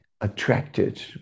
attracted